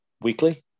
weekly